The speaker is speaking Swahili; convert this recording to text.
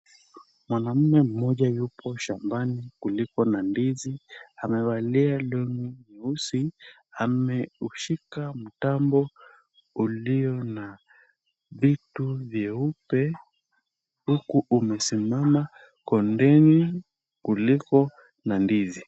Mwanamume mmoja yupo shambani kuliko na ndizi. Amevalia long'i nyeusi. Ameushika mtambo ulio na vitu vyeupe huku umesimama kondeni kuliko na ndizi.